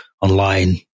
online